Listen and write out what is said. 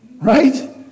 Right